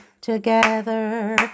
together